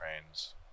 trains